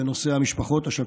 בנושא המשפחות השכולות.